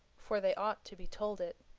for they ought to be told it.